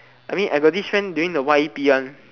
I mean I got this friend during the y_e_p one